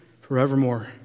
forevermore